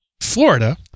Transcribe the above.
Florida